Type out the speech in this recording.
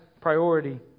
priority